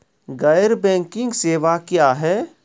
गैर बैंकिंग सेवा क्या हैं?